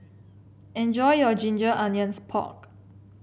enjoy your Ginger Onions Pork